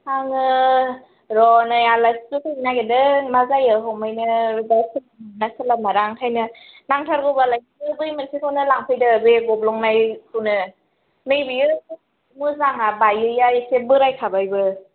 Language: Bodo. आङो र' नै आलासिफोर फैनो नागिरदों मा जायो ओंखायनो दा सोलाबमारा ओंखायनो नांथारगौबालाय नों बै मोनसेखौनो लांफैदों बै गब्लंनायखौनो नैबियो मोजाङा बायिआ एसे बोरायखाबायबो